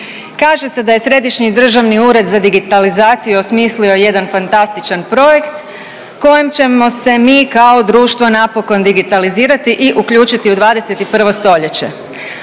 Kaže se da je Središnji državni ured za digitalizaciju osmislio jedan fantastičan projekt kojim ćemo se mi kao društvo napokon digitalizirati i uključiti u 21. stoljeće.